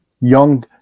young